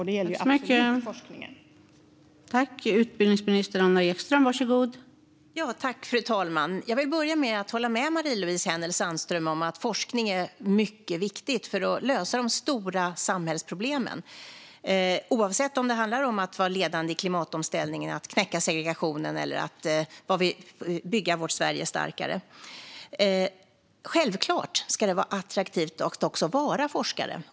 Det gäller absolut också forskningen.